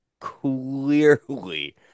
clearly